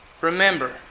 remember